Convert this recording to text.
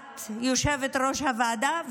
את יושבת-ראש הוועדה,